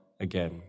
again